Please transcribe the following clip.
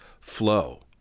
flow